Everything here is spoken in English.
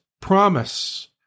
promise